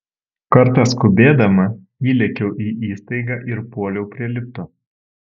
kartą skubėdama įlėkiau į įstaigą ir puoliau prie lifto